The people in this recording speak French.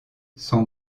son